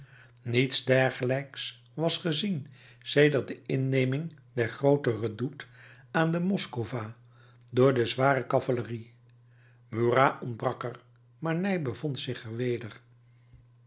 niets dergelijks was gezien sedert de inneming der groote redoute aan de moskowa door de zware cavalerie murat ontbrak er maar ney bevond er zich weder